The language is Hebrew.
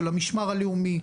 של המשמר הלאומי,